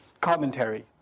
commentary